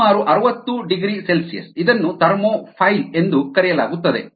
ಸುಮಾರು 60ºC ಇದನ್ನು ಥರ್ಮೋಫೈಲ್ ಎಂದು ಕರೆಯಲಾಗುತ್ತದೆ